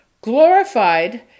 glorified